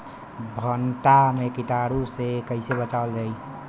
भनटा मे कीटाणु से कईसे बचावल जाई?